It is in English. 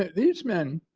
these men,